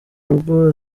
rugo